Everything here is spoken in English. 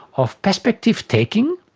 of perspective taking,